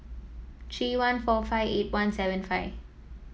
three one four five eight one seven five